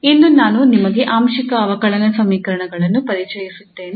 ಇಂದು ನಾನು ನಿಮಗೆ ಆಂಶಿಕ ಅವಕಲನ ಸಮೀಕರಣಗಳನ್ನು ಪರಿಚಯಿಸುತ್ತೇನೆ